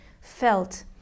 felt